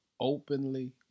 openly